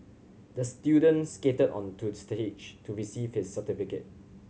the student skated onto the stage to receive his certificate